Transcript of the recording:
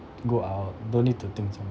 go out don't need to think so much